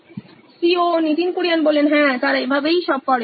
Nitin Kurian C O O নোইন electronics হ্যাঁ তারা এভাবেই সব করে